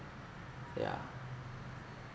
yeah